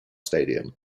stadium